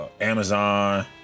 amazon